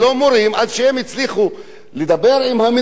עד שהם הצליחו לדבר עם המנהלת,